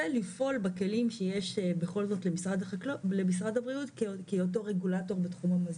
ולפעול בכלים שיש בכל זאת למשרד הבריאות בהיותו רגולטור בתחום המזון.